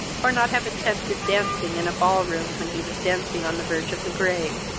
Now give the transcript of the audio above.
or not have attempted dancing in a ball-room when he was dancing on the verge of the grave.